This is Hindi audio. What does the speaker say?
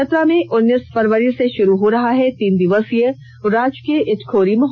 चतरा में उन्नीस फरवरी से शुरू हो रहा है तीन दिवसीय राजकीय ईटखोरी महोत्सव